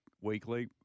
weekly